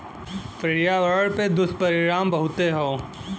पर्यावरण पे दुष्परिणाम बहुते हौ